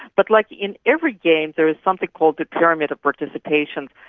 but like in every game there is something called the pyramid of participation.